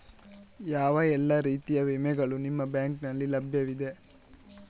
ಯಾವ ಎಲ್ಲ ರೀತಿಯ ವಿಮೆಗಳು ನಿಮ್ಮ ಬ್ಯಾಂಕಿನಲ್ಲಿ ಲಭ್ಯವಿದೆ?